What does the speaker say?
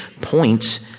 points